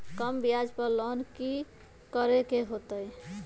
कम ब्याज पर लोन की करे के होतई?